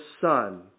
son